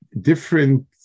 different